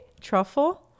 truffle